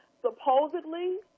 supposedly